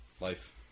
Life